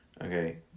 Okay